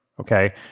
Okay